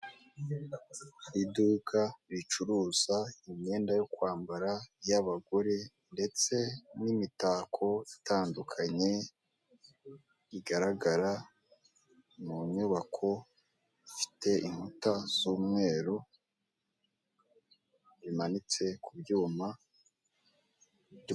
Iduka ricuruza imyenda yo kwambara iy'abagore ndetse n'imitako itandukanye, igaragara mu nyubako ifite inkuta z'umweru, imanitse ku byuma....